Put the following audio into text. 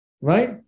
Right